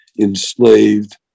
enslaved